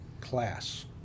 class